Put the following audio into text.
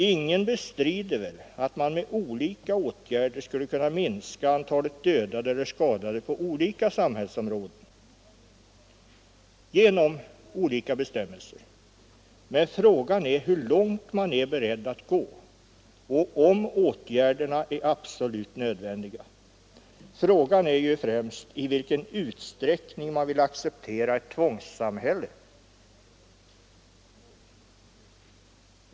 Ingen bestrider väl att man genom bestämmelser skulle kunna minska antalet skadade eller dödade på olika samhällsområden. Men frågan är hur långt man är beredd att gå och om åtgärderna är absolut nödvändiga. Frågan är främst i vilken utsträckning man vill acceptera ett tvångssamhälle.